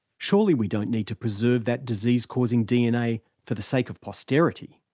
surely we don't need to preserve that disease-causing dna for the sake of posterity.